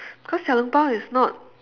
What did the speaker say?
cause xiao-long-bao is not